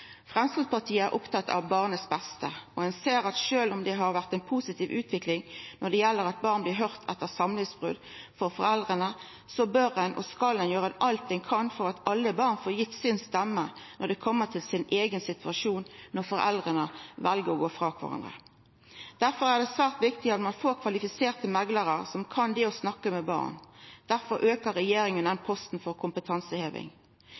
Framstegspartiet er opptatt av barnets beste, og ein ser at sjølv om det har vore ei positiv utvikling når det gjeld at barn blir høyrde etter samlivsbrot for foreldra, bør og skal ein gjera alt ein kan for at alle barn får gitt si stemme når det kjem til sin eigen situasjon når foreldra vel å gå frå kvarandre. Derfor er det svært viktig at ein får kvalifiserte meklarar som kan det å snakka med barn. Derfor aukar regjeringa den posten for kompetanseheving.